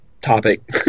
topic